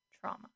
trauma